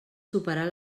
superar